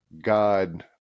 God